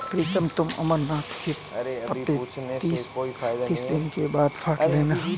प्रीतम तुम अमरनाथ के पत्ते तीस पैंतीस दिन के बाद काट लेना